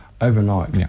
Overnight